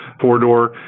four-door